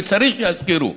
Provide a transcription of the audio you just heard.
וצריך שיזכירו,